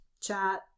chat